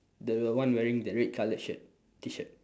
the one wearing the red coloured shirt T-shirt